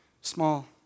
small